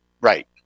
right